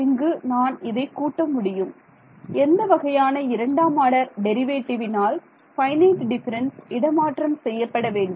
இங்கு நான் இதை கூட்ட முடியும் எந்த வகையான இரண்டாம் ஆர்டர் டெரிவேட்டிவினால் ஃபைனைட் டிஃபரன்ஸ் இடமாற்றம் செய்யப்பட வேண்டும்